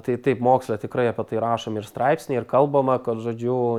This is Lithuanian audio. tai taip moksle tikrai apie tai rašomi ir straipsniai ir kalbama kad žodžiu